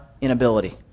inability